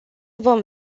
vom